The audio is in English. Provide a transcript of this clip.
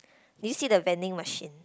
do you see the vending machine